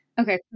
Okay